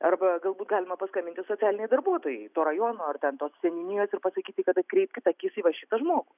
arba galbūt galima paskambinti socialinei darbuotojai to rajono ar ten tos seniūnijos ir pasakyti kad atkreipkit akis į va šitą žmogų